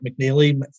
McNeely